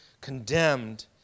condemned